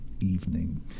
evening